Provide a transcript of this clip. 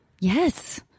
Yes